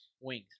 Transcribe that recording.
Wings